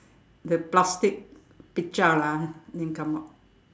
the plastic pecah lah then come out